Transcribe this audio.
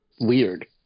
weird